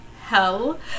hell